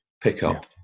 pickup